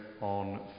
on